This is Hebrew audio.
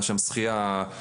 היה שם שחייה, כדורעף,